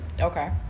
Okay